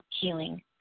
healing